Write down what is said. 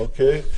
אוקיי.